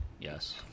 Yes